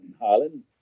Harlan